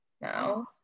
now